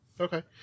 Okay